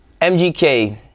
MGK